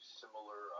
similar